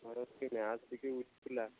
ମୋର ସେ ମ୍ୟାଥ୍ ଟିକେ ୱିକ୍ ଥିଲା